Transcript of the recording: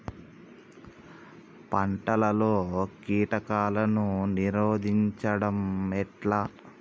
పంటలలో కీటకాలను నిరోధించడం ఎట్లా?